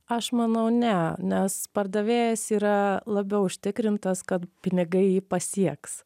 aš manau ne nes pardavėjas yra labiau užtikrintas kad pinigai jį pasieks